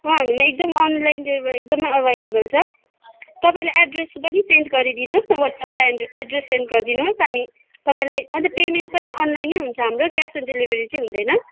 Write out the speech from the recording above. अँ हाम्रोमा online deliver एकदमै अभाइलेबल छ तपाईँले एड्रेस पनि सेन्ड गरिदिनुहोस् न वाट्सएपमा एड्रेस सेन्ड गरिदिनुहोस् अनि तपाईँलाई अन्त पेमेन्ट पनि अनलाइन नै हुन्छ हाम्रो क्यास अन डेलिभरी चाहिँ हुँदैन